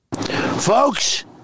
folks